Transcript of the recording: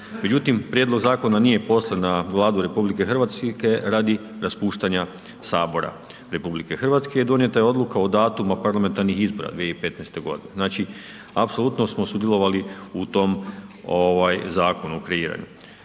Međutim, prijedlog zakona nije poslan na Vladu RH radi raspuštanja Sabora RH. I donijeta je odluka o datumu parlamentarnih izbora 2015. godine. Znači apsolutno smo sudjelovali u tom zakonu, kreiranu.